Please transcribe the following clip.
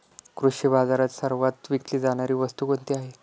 कृषी बाजारात सर्वात विकली जाणारी वस्तू कोणती आहे?